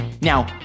Now